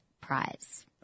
prize